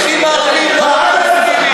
לא מדובר פה על הפלסטינים,